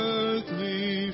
earthly